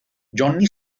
johnny